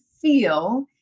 feel